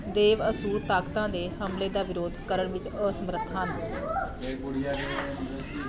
ਦੇਵ ਅਸੁਰ ਤਾਕਤਾਂ ਦੇ ਹਮਲੇ ਦਾ ਵਿਰੋਧ ਕਰਨ ਵਿੱਚ ਅਸਮਰੱਥ ਸਨ